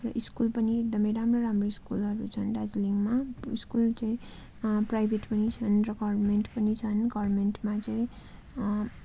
र स्कुल पनि एकदमै राम्रो राम्रो स्कुलहरू छन् दार्जिलिङमा स्कुल चाहिँ प्राइभेट पनि छन् र गभर्मेन्ट पनि छन् र गभर्मेन्टमा चाहिँ